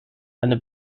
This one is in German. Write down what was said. eine